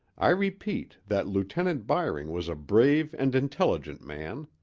i repeat that lieutenant byring was a brave and intelligent man.